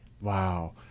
Wow